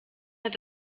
hat